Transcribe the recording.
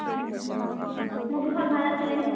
মুভিখন ভাল আছিলেনে